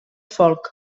folk